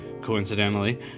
coincidentally